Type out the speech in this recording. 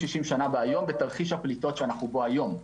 60 שנה מהיום בתרחיש הפלטות שאנו בו היום,